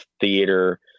theater